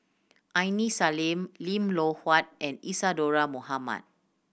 Aini Salim Lim Loh Huat and Isadhora Mohamed